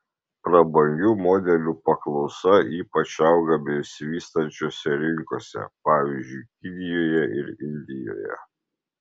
prabangių modelių paklausa ypač auga besivystančiose rinkose pavyzdžiui kinijoje ir indijoje